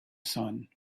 sun